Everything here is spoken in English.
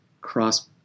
cross